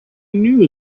knew